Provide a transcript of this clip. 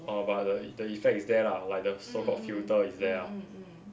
orh but the the effect is there lah like the so called filter is there lah